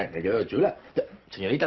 at girls toilet today.